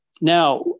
Now